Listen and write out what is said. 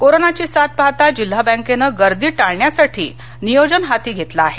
कोरोनाची साथ पाहता जिल्हा बँकेनं गर्दी टाळण्यासाठी नियोजन हाती घेतलं आहे